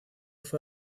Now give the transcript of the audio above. fue